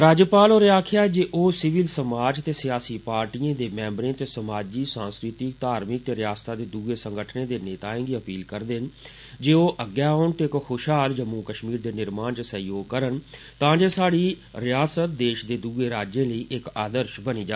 राज्यपाल होरें आक्खेया जे ओ सिविल समाज ते सियासी पार्टीएं दे मैम्बरें ते समाजी सांस्कृतिक धार्मिक ते रियास्ता दे दुए संगठनें दे नेताएं गी अपील करदे न जे ओ अग्गै औन ते इक खुषहाल जम्मू कष्मीर दे निर्माण च सहयोग करन तां जे स्हाड़ी रियासत देष दे दुए राज्यें लेई इक आदर्ष बनी जा